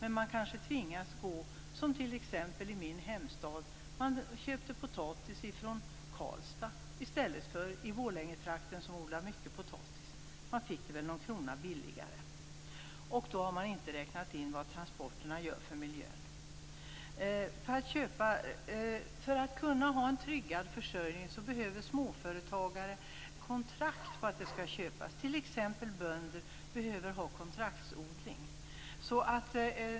I min hemstad köpte man potatis från Karlstad i stället för i Borlängetrakten, där man odlar mycket potatis. Man fick den väl någon krona billigare. Då har man inte räknat in vad transporterna gör för miljön. För att kunna ha en tryggad försörjning behöver småföretagare kontrakt på att man skall köpa. Bönder behöver t.ex. ha kontraktsodling.